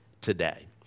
today